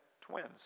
twins